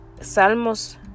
Salmos